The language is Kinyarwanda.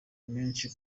menshi